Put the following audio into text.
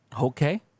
Okay